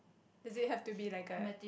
does it have to be like a